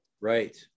Right